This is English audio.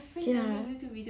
ya